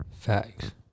Facts